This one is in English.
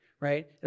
right